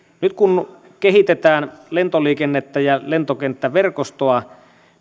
nyt kun kehitetään lentoliikennettä ja lentokenttäverkostoa